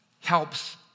helps